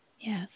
Yes